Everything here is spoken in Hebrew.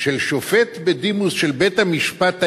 של שופט בדימוס של בית-המשפט העליון,